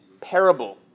parable